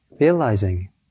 Realizing